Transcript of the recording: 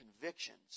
convictions